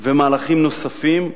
ומהלכים נוספים.